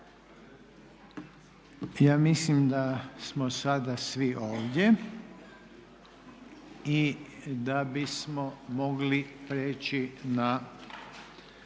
Ja mislim da smo sada svi ovdje i da bismo mogli prijeći na